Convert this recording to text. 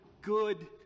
good